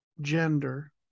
Gender